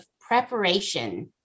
preparation